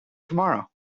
tomorrow